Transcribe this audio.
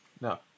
No